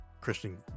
Christian